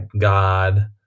god